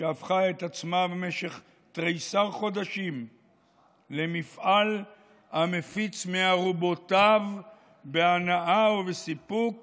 שהפכה את עצמה במשך תריסר חודשים למפעל המפיץ מארובותיו בהנאה ובסיפוק